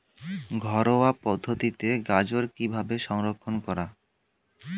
ঘরোয়া পদ্ধতিতে গাজর কিভাবে সংরক্ষণ করা?